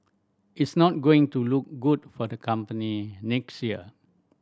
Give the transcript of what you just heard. it's not going to look good for the company next year